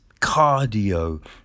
cardio